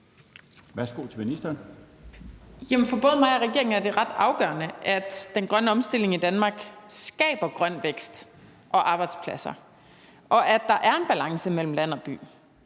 For både mig og regeringen er det ret afgørende, at den grønne omstilling i Danmark skaber grøn vækst og arbejdspladser, og at der er en balance mellem land og by.